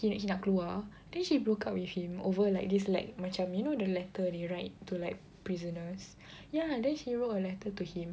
he nak he nak keluar then she broke up with him over like this like macam you know the letter they write to like prisoners ya then she wrote letter to him